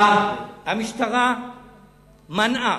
המשטרה מנעה,